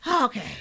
Okay